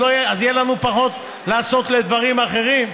אז יהיה לנו פחות לעשות לדברים אחרים.